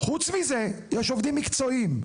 חוץ מזה יש עובדים מקצועיים.